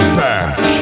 back